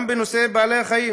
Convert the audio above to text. גם בנושא בעלי החיים,